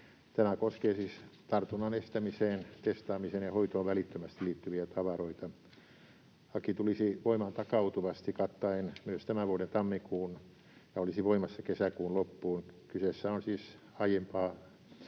Tämä koskee siis tartunnan estämiseen, testaamiseen ja hoitoon välittömästi liittyviä tavaroita. Laki tulisi voimaan takautuvasti kattaen myös tämän vuoden tammikuun ja olisi voimassa kesäkuun loppuun. Kyseessä on siis aiempaa,